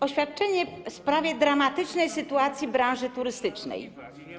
Oświadczenie w sprawie dramatycznej sytuacji branży turystycznej.